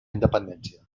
independència